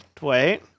wait